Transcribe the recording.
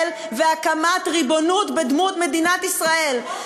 והקמת ריבונות בדמות מדינת ישראל,